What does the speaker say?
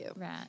Right